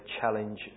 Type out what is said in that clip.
challenge